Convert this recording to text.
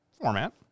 Format